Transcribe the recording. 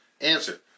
Answer